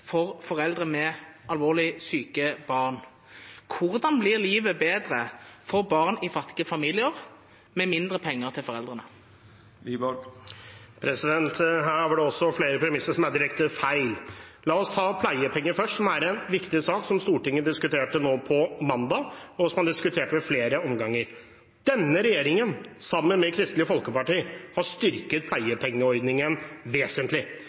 for foreldre med alvorlig syke barn. Hvordan blir livet bedre for barn i fattige familier med mindre penger til foreldrene? Her er det også flere premisser som er direkte feil. La oss ta pleiepengene først, som er en viktig sak som Stortinget diskuterte nå på mandag, og som har vært diskutert i flere omganger. Denne regjeringen, sammen med Kristelig Folkeparti, har styrket pleiepengeordningen vesentlig.